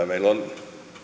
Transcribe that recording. meillä on